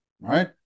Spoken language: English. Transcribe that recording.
right